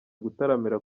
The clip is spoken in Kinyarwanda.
gutaramira